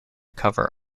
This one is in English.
cover